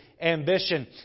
ambition